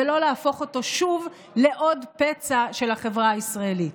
ולא להפוך אותו שוב לעוד פצע של החברה הישראלית.